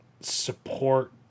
support